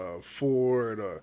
Ford